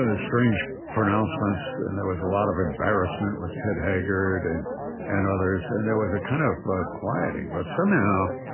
ah so pronouncements and there was a lot of embarrassment with ted haggard and and others and there was a kind of quieting. but somehow,